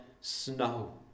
snow